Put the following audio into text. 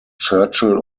churchill